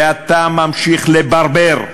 ואתה ממשיך לברבר,